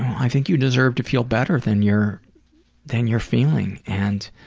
i think you deserve to feel better than you're than you're feeling and